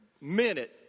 minute